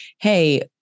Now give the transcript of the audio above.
hey